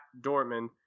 dortmund